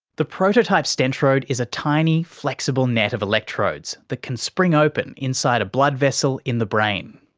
the prototype stentrode is a tiny, flexible net of electrodes that can spring open inside a blood vessel in the brain.